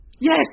Yes